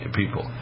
people